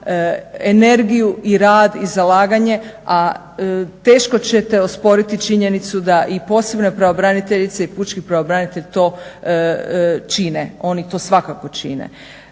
energiju i rad i zalaganje, a teško ćete osporiti činjenicu da i posebna pravobraniteljica i pučki pravobranitelj to čine. Oni to svakako čine.